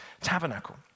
tabernacle